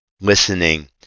listening